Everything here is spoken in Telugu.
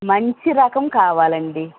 మంచి రకం కావాలండి